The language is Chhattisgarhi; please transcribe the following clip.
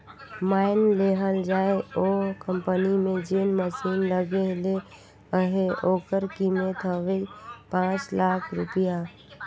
माएन लेहल जाए ओ कंपनी में जेन मसीन लगे ले अहे ओकर कीमेत हवे पाच लाख रूपिया